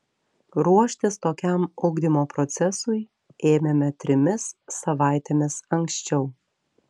ruoštis tokiam ugdymo procesui ėmėme trimis savaitėmis anksčiau